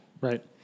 right